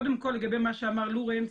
קודם כל לגבי מה שאמר לורנס,